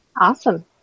Awesome